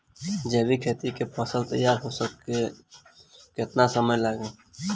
जैविक खेती के फसल तैयार होए मे केतना समय लागी?